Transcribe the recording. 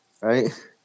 Right